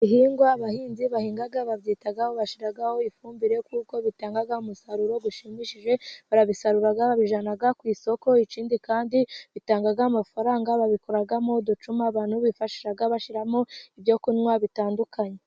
Ibihingwa abahinzi bahinga babyitaho, bashyiraho ifumbire kuko bitanga umusaruro ushimishije, barabisarura, bakabijyana ku isoko. Ikindi kandi bitanga amafaranga, babikoramo uducuma abantu bifashisha bashyiramo ibyo kunywa bitandukanye.